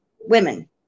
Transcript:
women